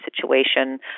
situation